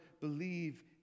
believe